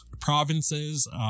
provinces